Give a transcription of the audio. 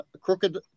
Crooked